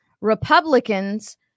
Republicans